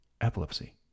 epilepsy